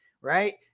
right